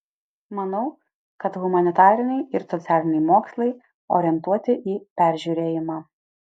manau kad humanitariniai ir socialiniai mokslai orientuoti į peržiūrėjimą